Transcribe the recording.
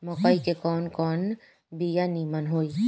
मकई के कवन कवन बिया नीमन होई?